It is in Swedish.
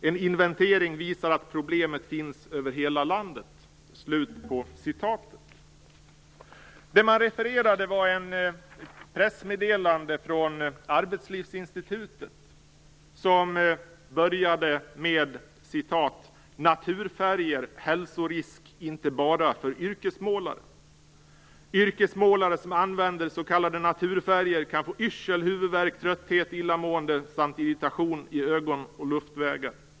En inventering visar att problemet finns över hela landet." Det som refereras är ett pressmeddelande från Arbetslivsinstitutet som börjar så här: "Naturfärger hälsorisk inte bara för yrkesmålare. Yrkesmålare som använder s.k. naturfärger kan få yrsel, huvudvärk, trötthet, illamående samt irritation i ögon och luftvägar."